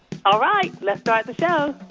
all right, let's start the show